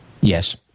Yes